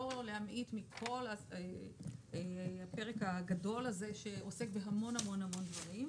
להמעיט מכל הפרק הגדול הזה שעוסק בהמון המון המון דברים.